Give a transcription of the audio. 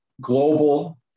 global